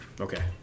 okay